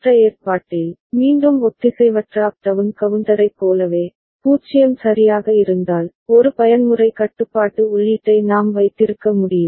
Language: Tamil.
மற்ற ஏற்பாட்டில் மீண்டும் ஒத்திசைவற்ற அப் டவுன் கவுண்டரைப் போலவே 0 சரியாக இருந்தால் ஒரு பயன்முறை கட்டுப்பாட்டு உள்ளீட்டை நாம் வைத்திருக்க முடியும்